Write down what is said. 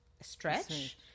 stretch